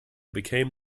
became